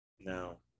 No